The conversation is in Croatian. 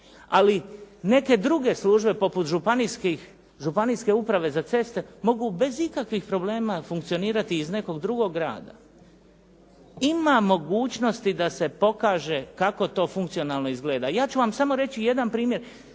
Ali neke druge službe poput Županijske uprave za ceste, mogu bez ikakvih problema funkcionirati iz nekog drugog grada. Ima mogućnosti da se pokaže kako to funkcionalno izgleda. Ja ću vam reći samo jedan primjer.